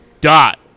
Dot